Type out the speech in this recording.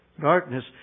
darkness